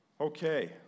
Okay